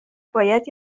باید